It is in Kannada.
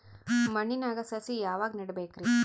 ಮಣ್ಣಿನಾಗ ಸಸಿ ಯಾವಾಗ ನೆಡಬೇಕರಿ?